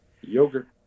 Yogurt